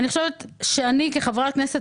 אני כחברת כנסת,